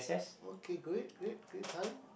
okay great great great time